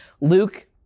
Luke